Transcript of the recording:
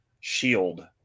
shield